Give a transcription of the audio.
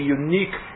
unique